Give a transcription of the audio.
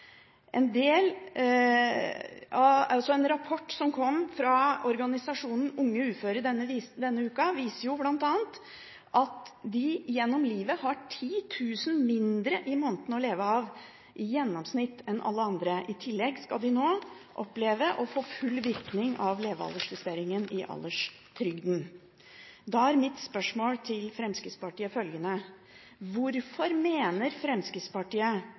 En rapport som kom fra organisasjonen Unge funksjonshemmede denne uken, viser bl.a. at de gjennom livet i gjennomsnitt har 10 000 kr mindre i måneden å leve av enn alle andre. I tillegg skal de nå oppleve å få full virkning av levealdersjusteringen i alderstrygden. Da er mitt spørsmål til Fremskrittspartiet følgende: Hvorfor mener Fremskrittspartiet